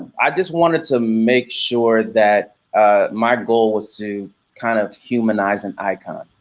i just wanted to make sure that my goal was to kind of humanize an icon,